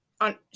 on